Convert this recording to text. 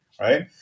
right